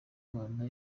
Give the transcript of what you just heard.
rwanda